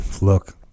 look